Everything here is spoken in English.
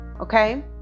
okay